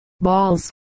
balls